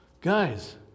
guys